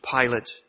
Pilate